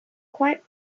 quite